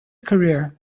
career